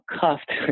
cuffed